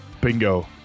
Bingo